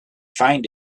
find